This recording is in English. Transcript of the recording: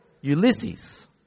Ulysses